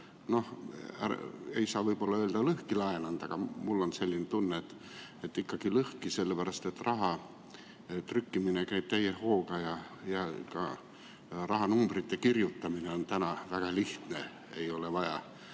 no ei saa võib-olla öelda, et lõhki laenanud, aga mul on selline tunne, et ikkagi lõhki, sellepärast et raha trükkimine käib täie hooga ja ka rahanumbrite kirjutamine on täna väga lihtne, ei ole vaja